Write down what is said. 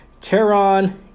Taron